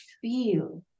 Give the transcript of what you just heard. feel